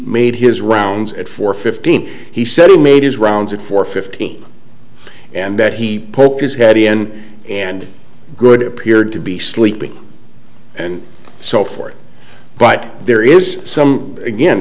made his rounds at four fifteen he said he made his rounds at four fifteen and that he poked his head in and good appeared to be sleeping and so forth but there is some again